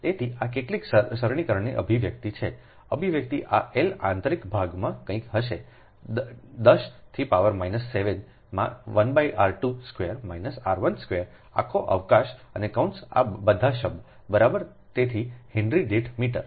તેથી આ કેટલાક સરળકરણની અભિવ્યક્તિ છે અભિવ્યક્તિ આ L આંતરિક ભાગમાં કંઈક હશે 10 થી પાવર માઈનસ 7 માં 1r 2 square minus r1 square આખો અવકાશ અને કૌંસ આ બધા શબ્દ બરાબર તેથી હેનરી દીઠ મીટર